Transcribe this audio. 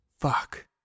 Fuck